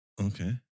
Okay